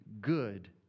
good